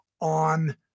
on